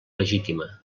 legítima